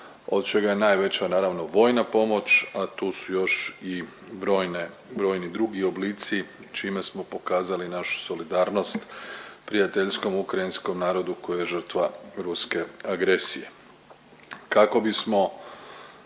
od čega je najveća naravno vojna pomoć, a tu su još i brojne, brojni drugi oblici čime smo pokazali našu solidarnost prijateljskom ukrajinskom narodu koji je žrtva ruske agresije. Kako bismo